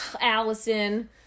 Allison